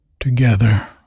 Together